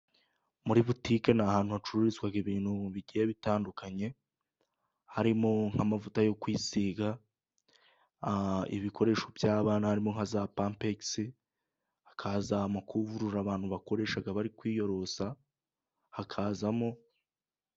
Muri butike ni ahantu hacururizwa ibintu bigiye bitandukanye harimo nk'amavuta yo kwisiga ibikoresho by'abana harimo nka za pampegisi, hakaza amakuvureri abantu bakoresha bari kwiyorosa.